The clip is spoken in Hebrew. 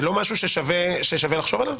זה לא משהו ששווה לחשוב עליו?